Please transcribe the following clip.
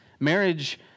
Marriage